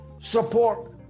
support